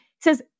says